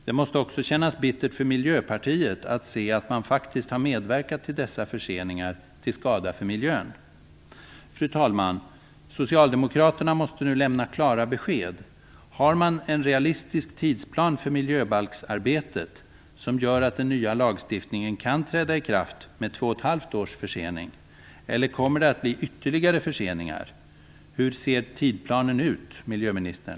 Det måste också kännas bittert för Miljöpartiet att se att man faktiskt har medverkat till dessa förseningar till skada för miljön. Fru talman! Socialdemokraterna måste nu lämna klara besked. Har man en realistisk tidsplan för miljöbalksarbetet som gör att den nya lagstiftningen kan träda i kraft med två och ett halvt års försening, eller kommer det att bli ytterligare förseningar? Hur ser tidsplanen ut, miljöministern?